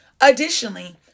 Additionally